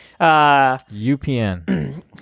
UPN